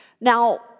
Now